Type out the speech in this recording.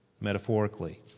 metaphorically